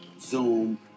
Zoom